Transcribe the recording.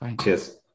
cheers